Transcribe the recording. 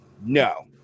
No